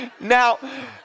Now